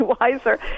wiser